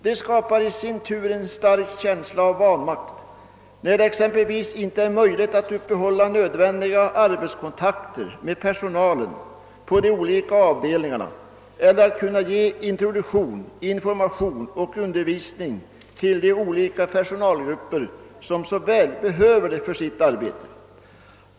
Det skapar i sin tur en stark känsla av vanmakt när det exempelvis inte är möjligt att uppehålla nödvändiga <arbetskontakter med personalen på de olika avdelningarna eller att kunna ge introduktion, information och undervisning till olika personalgrupper som så väl behöver det för sitt arbete.